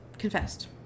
Confessed